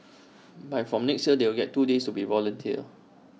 but from next year they will get two days to be volunteers